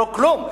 ללא כלום.